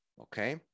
okay